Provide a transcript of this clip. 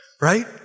right